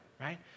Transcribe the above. right